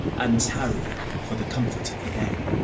and tarry for the comfort of the day.